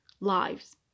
lives